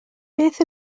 beth